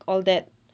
all that